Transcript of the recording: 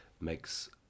makes